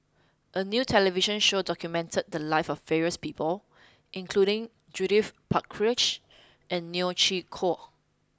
a new television show documented the lives of various people including Judith Prakash and Neo Chwee Kok